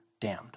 damned